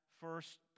first